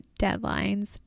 deadlines